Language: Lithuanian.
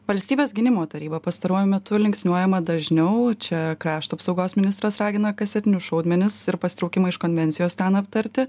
valstybės gynimo taryba pastaruoju metu linksniuojama dažniau čia krašto apsaugos ministras ragina kasetinius šaudmenis ir pasitraukimą iš konvencijos ten aptarti